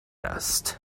هست